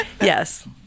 Yes